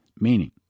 Meaning